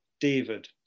David